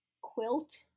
quilt